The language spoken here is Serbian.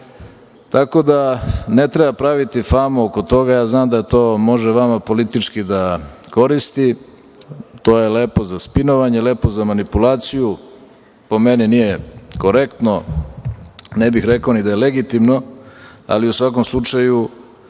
da jeste. Ne treba praviti famu oko toga. Znam da to može vama politički da koristi. To je lepo za spinovanje, lepo za manipulaciju. Po meni, nije korektno, a ne bih rekao ni da je legitimno, ali u svakom slučaju